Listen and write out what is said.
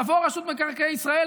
תבוא רשות מקרקעי ישראל,